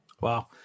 Wow